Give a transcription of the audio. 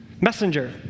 Messenger